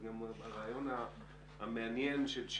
גם עוד לא קלטתי לגמרי את הרעיון של שימוש